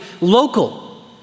local